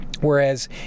whereas